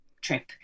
trip